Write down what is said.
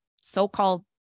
so-called